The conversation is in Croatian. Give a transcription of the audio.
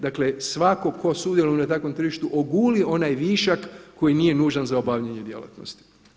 Dakle, svatko tko sudjeluje na takvom tržištu oguli onaj višak koji nije nužan za obavljanje djelatnosti.